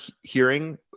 hearing